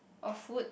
or food